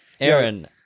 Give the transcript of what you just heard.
Aaron